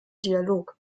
dialog